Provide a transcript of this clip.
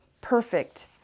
perfect